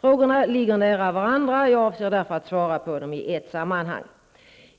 Frågorna ligger nära varandra. Jag avser därför att svara på dem i ett sammanhang.